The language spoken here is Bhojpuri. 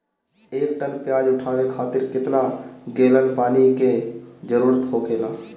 एक टन प्याज उठावे खातिर केतना गैलन पानी के जरूरत होखेला?